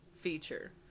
feature